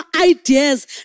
ideas